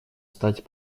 стать